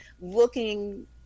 looking